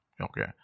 Okay